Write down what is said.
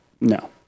no